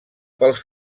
pels